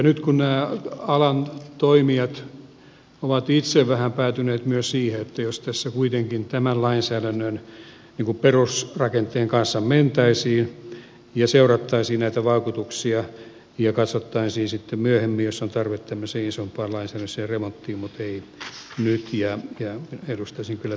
nyt kun nämä alan toimijat ovat itse vähän päätyneet myös siihen että jos tässä kuitenkin tämän lainsäädännön perusrakenteen kanssa mentäisiin ja seurattaisiin näitä vaikutuksia ja katsottaisiin sitten myöhemmin mutta ei nyt onko tarvetta tämmöiseen isompaan lainsäädännölliseen remonttiin minä kuitenkin edustaisin kyllä tätä kantaa